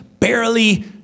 barely